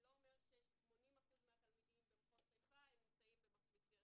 ש-80% מהתלמידים במחוז חיפה נמצאים במסגרת מתאימה.